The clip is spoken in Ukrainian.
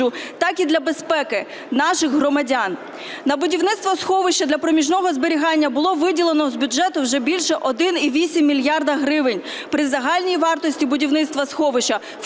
так і для безпеки наших громадян. На будівництво сховища для проміжного зберігання було виділено з бюджету вже більше 1,8 мільярда гривень при загальній вартості будівництва сховища